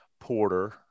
porter